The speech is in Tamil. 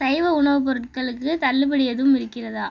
சைவ உணவுப் பொருட்களுக்கு தள்ளுபடி எதுவும் இருக்கிறதா